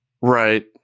Right